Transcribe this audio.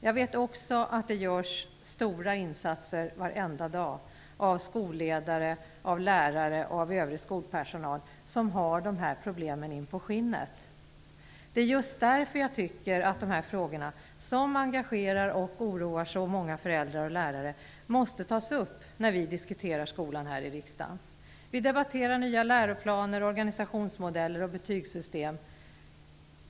Jag vet också att det görs stora insatser varje dag av skolledare, lärare och övrig skolpersonal, som har de här problemen inpå skinnet. Det är just därför jag tycker att de här frågorna, som engagerar och oroar så många föräldrar och lärare, måste tas upp när vi diskuterar skolan här i riksdagen. Vi debatterar nya läroplaner, organisationsmodeller och betygssystem.